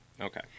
Okay